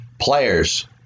players